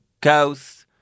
ghosts